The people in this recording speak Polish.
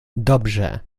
dobrze